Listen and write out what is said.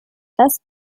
das